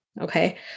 okay